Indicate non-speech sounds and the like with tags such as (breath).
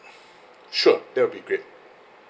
(breath) sure that'll be great